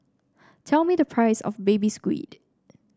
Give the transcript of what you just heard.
tell me the price of Baby Squid